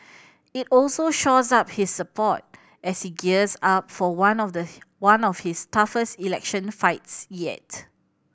it also shores up his support as he gears up for one of the one of his toughest election fights yet